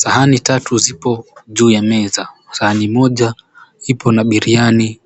Sahani tatu zipo juu ya meza. Sahani moja ipo na biriani